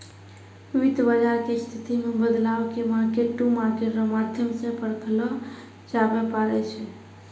वित्त बाजार के स्थिति मे बदलाव के मार्केट टू मार्केट रो माध्यम से परखलो जाबै पारै छै